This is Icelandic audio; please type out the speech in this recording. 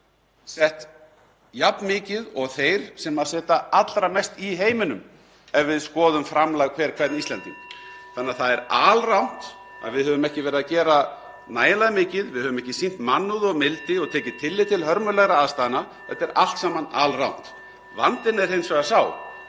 sett jafn mikið og þeir sem setja allra mest í heiminum ef við skoðum framlag á hvern Íslending. (Forseti hringir.) Það er alrangt að við höfum ekki verið að gera nægilega mikið, að við höfum ekki sýnt mannúð og mildi og tekið tillit til hörmulegra aðstæðna. Þetta er allt saman alrangt. (Forseti hringir.)